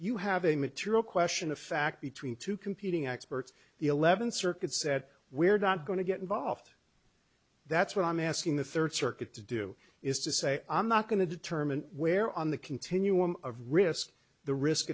you have a material question of fact between two competing experts the eleventh circuit said we're not going to get involved that's what i'm asking the third circuit to do is to say i'm not going to determine where on the continuum of risk the risk